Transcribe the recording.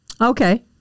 Okay